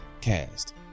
cast